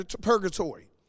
purgatory